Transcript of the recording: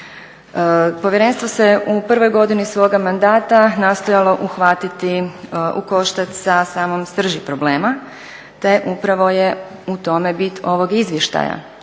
Povjerenstvo se u prvoj godini svoga mandata nastojalo uhvatiti u koštac sa samom srži problema te upravo je u tome bit ovog izvještaja.